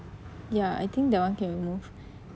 ya I think that [one] can remove